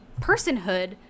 personhood